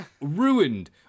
Ruined